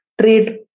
trade